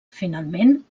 finalment